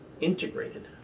integrated